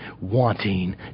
wanting